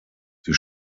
sie